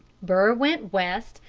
burr went west,